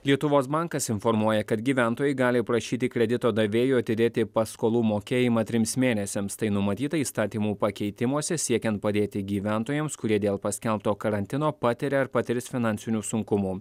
lietuvos bankas informuoja kad gyventojai gali prašyti kredito davėjų atidėti paskolų mokėjimą trims mėnesiams tai numatyta įstatymų pakeitimuose siekiant padėti gyventojams kurie dėl paskelbto karantino patiria ar patirs finansinių sunkumų